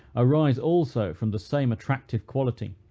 arise also from the same attractive quality.